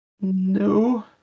No